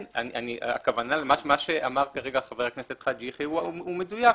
מה שאמר כרגע חבר הכנסת חאג' יחיא הוא מדויק.